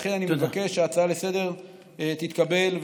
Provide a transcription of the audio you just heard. לכן אני מבקש שההצעה לסדר-היום תתקבל,